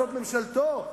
זאת ממשלתו,